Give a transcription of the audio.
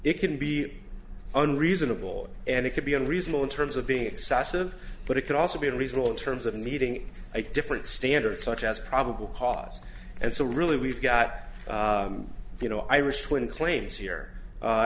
it can be an reasonable and it could be unreasonable in terms of being excessive but it could also be reasonable in terms of meeting a different standard such as probable cause and so really we've got you know irish twin claims here a